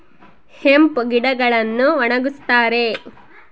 hemp ಗಿಡಗಳನ್ನು ಒಣಗಸ್ತರೆ